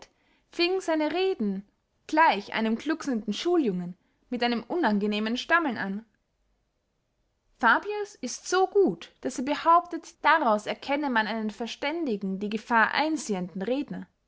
fieng seine reden gleich einen gluchsenden schuljungen mit einem unangenehmen stammeln an fabius ist so gut daß er behauptet daraus erkenne man einen verständigen die gefahr einsehenden redner